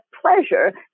pleasure